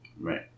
Right